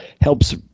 helps